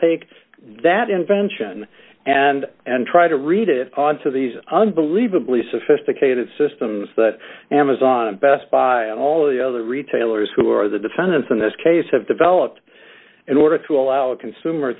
take that invention and and try to read it on to these unbelievably sophisticated systems that amazon best buy and all of the other retailers who are the defendants in this case have developed in order to allow a consumer